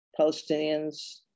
Palestinians